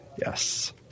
yes